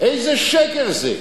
איזה שקר זה,